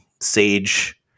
sage